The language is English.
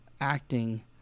acting